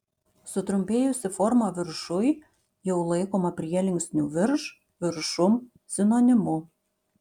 sutrumpėjusi forma viršuj jau laikoma prielinksnių virš viršum sinonimu